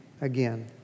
again